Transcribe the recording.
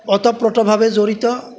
ওতঃপ্ৰোতভাৱে জড়িত